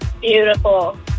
Beautiful